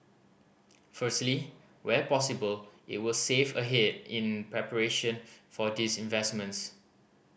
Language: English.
firstly where possible it will save ahead in preparation for these investments